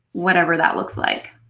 whatever that looks like.